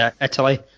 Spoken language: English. Italy